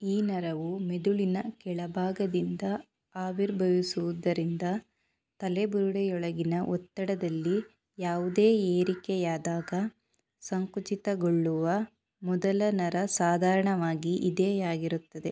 ಈ ನರವು ಮೆದುಳಿನ ಕೆಳಭಾಗದಿಂದ ಆವಿರ್ಭವಿಸುವುದರಿಂದ ತಲೆ ಬುರುಡೆಯೊಳಗಿನ ಒತ್ತಡದಲ್ಲಿ ಯಾವುದೇ ಏರಿಕೆಯಾದಾಗ ಸಂಕುಚಿತಗೊಳ್ಳುವ ಮೊದಲ ನರ ಸಾಧಾರಣವಾಗಿ ಇದೇ ಆಗಿರುತ್ತದೆ